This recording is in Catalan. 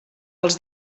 els